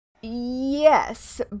Yes